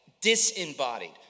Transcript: disembodied